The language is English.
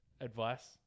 advice